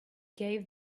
gave